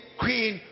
queen